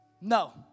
No